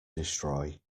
destroy